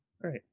Great